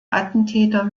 attentäter